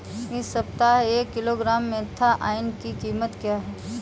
इस सप्ताह एक किलोग्राम मेन्था ऑइल की कीमत क्या है?